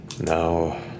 Now